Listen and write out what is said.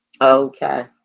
Okay